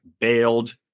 bailed